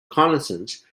reconnaissance